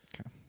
Okay